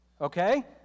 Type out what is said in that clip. Okay